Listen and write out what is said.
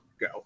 go